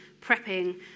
prepping